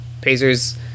Pacers